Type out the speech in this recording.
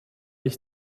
ich